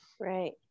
Right